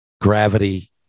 gravity